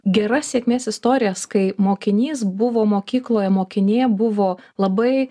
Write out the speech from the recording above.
geras sėkmės istorijas kai mokinys buvo mokykloj mokinė buvo labai